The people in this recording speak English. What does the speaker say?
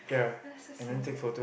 !wah! that's so sian